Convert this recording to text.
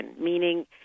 meaning